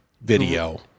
video